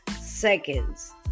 seconds